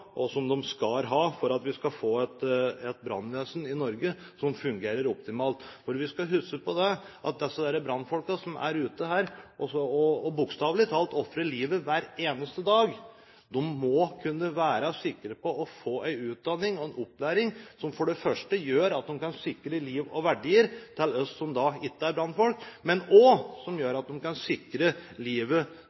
og som de skal ha for at vi skal få et brannvesen i Norge som fungerer optimalt. For vi skal huske på at de brannfolkene som er ute, som bokstavelig talt ofrer livet hver eneste dag, må kunne være sikre på å få en utdanning og opplæring som for det første gjør at de kan sikre liv og verdier for oss som ikke er brannfolk, men også at de kan sikre livet